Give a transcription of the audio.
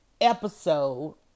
episode